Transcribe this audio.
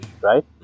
right